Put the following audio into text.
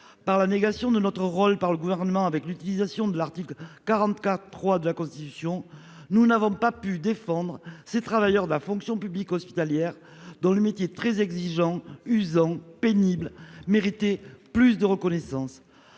de la négation de notre rôle par le Gouvernement, avec le recours à l'article 44.3 de la Constitution, nous n'avons pas pu défendre ces travailleurs de la fonction publique hospitalière, dont le métier, très exigeant, usant, pénible, méritait plus de reconnaissance.